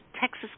Texas